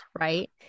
right